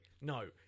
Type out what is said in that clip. no